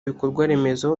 ibikorwaremezo